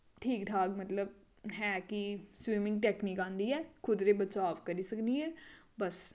ठीक ठाक ऐ कि मतबव स्विमिंग टैकनीक आंदी ऐ खुद दा बचाव करी सकनी ऐं बस